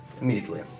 immediately